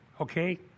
okay